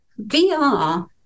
VR